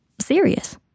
serious